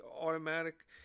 automatic